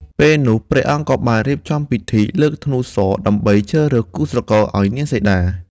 ពេលនោះ ព្រះអង្គក៏បានរៀបចំពិធីលើក ធ្នូស ដើម្បីជ្រើសរើសគូស្រករឱ្យនាងសីតា។